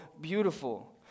beautiful